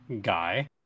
guy